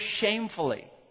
shamefully